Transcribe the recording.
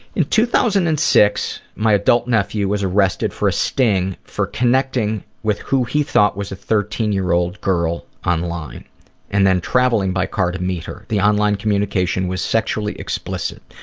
in two thousand and six, my adult nephew was arrested for a sting for connecting with who he thought was a thirteen year old girl online and then travelling car to meet her. the online communication was sexually explicit.